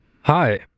Hi